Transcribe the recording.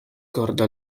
corda